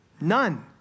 None